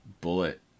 Bullet